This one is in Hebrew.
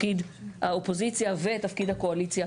תפקיד האופוזיציה ותפקיד הקואליציה,